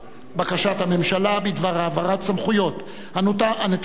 בקשת הממשלה בדבר העברת סמכויות הנתונות לשר